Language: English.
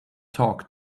talk